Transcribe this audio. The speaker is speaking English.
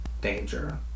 danger